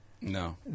No